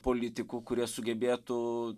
politikų kurie sugebėtų